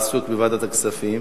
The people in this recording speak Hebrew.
עסוק בוועדת הכספים,